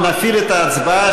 אנחנו נפעיל את ההצבעה,